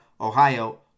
Ohio